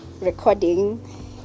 recording